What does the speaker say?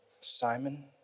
Simon